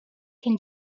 can